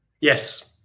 Yes